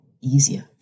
easier